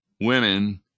women